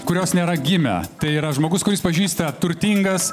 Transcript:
kurios nėra gimę tai yra žmogus kuris pažįsta turtingas